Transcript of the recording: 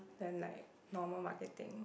than like normal marketing